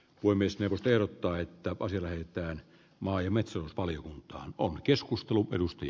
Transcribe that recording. voimistelu terottaa että voisi löytää avaimet saanut paljon ja on keskustelu perusti